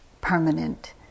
permanent